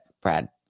Brad